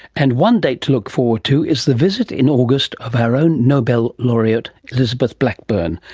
and one date to look forward to is the visit in august of our own nobel laureate elizabeth blackburn,